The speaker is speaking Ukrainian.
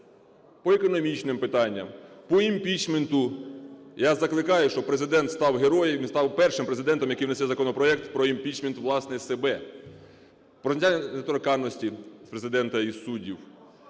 по економічних питаннях, по імпічменту. Я закликаю, щоб Президент став героєм і став першим Президентом, який внесе законопроект про імпічмент, власне, себе, про зняття недоторканності з Президента і суддів,